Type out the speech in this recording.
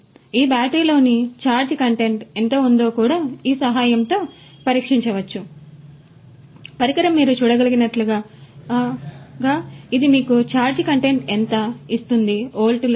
కాబట్టి ఈ బ్యాటరీలలోని ఛార్జ్ కంటెంట్ ఎంత ఉందో కూడా ఈ సహాయంతో పరీక్షించవచ్చు పరికరం మీరు చూడగలిగినట్లుగా ఇది మీకు ఛార్జ్ కంటెంట్ ఎంత ఎంత ఇస్తుంది వోల్ట్లు